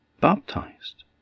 baptized